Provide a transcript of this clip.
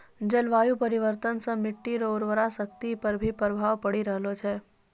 जलवायु परिवर्तन से मट्टी रो उर्वरा शक्ति पर भी प्रभाव पड़ी रहलो छै